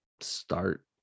start